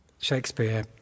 Shakespeare